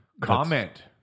Comment